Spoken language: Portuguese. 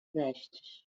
vestes